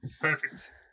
Perfect